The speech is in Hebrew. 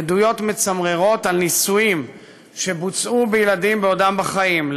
עדויות מצמררות על ניסויים שבוצעו בילדים בעודם בחיים,